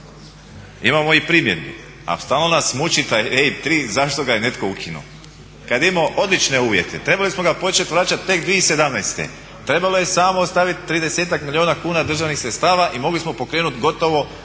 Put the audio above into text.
imamo i primjedbi. A stalno nas muči taj EIB 3 zašto ga je netko ukinuo kada je imao odlične uvjete. Trebali smo ga početi vraćati tek 2017. Trebalo je samo ostaviti 30-ak milijuna kuna državnih sredstava i mogli smo pokrenuti gotovo